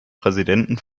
präsidenten